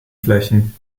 flächen